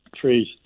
Trees